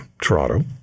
Toronto